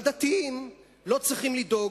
והדתיים לא צריכים לדאוג,